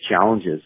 challenges